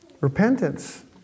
Repentance